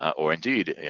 or indeed,